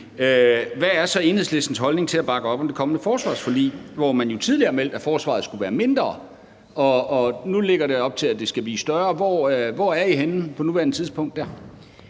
Hvad er så Enhedslistens holdning til at bakke op om det kommende forsvarsforlig, hvor man jo tidligere har meldt ud, at forsvaret skulle være mindre? Nu lægges der op til, at det skal blive større. Hvor står Enhedslisten henne på nuværende tidspunkt dér?